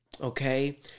Okay